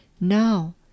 Now